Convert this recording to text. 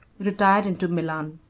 retired into milan.